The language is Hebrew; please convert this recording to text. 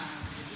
לנושא